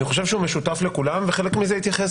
אני חושב שהוא משותף לכולם ולחלק מזה התייחס